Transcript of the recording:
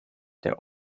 der